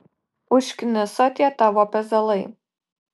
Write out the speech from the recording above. užkniso tie tavo pezalai